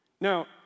Now